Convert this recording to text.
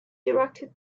directed